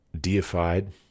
deified